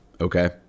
okay